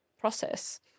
process